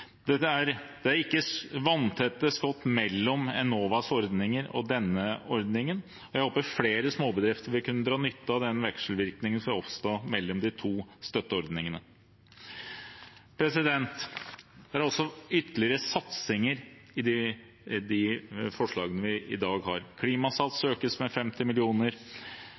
Det er ikke vanntette skott mellom Enovas ordninger og denne ordningen, og jeg håper at flere småbedrifter vil kunne dra nytte av den vekselvirkningen som vil oppstå mellom de to støtteordningene. Det er også ytterligere satsinger i de forslagene vi behandler i dag: Klimasats økes med 50